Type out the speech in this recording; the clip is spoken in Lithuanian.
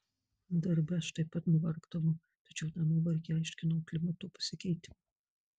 darbe aš taip pat nuvargdavau tačiau tą nuovargį aiškinau klimato pasikeitimu